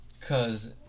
cause